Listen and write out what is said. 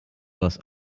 was